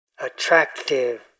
attractive